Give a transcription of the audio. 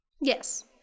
yes